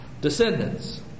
descendants